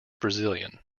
brazilian